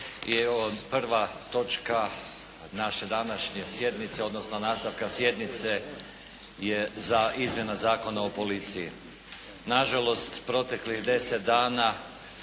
I evo prva točka naše današnje sjednice, odnosno nastavka sjednice je Izmjena Zakona o policiji. Na žalost, proteklih 10 dana